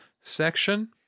section